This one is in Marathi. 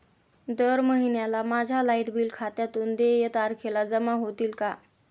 दर महिन्याला माझ्या लाइट बिल खात्यातून देय तारखेला जमा होतील का?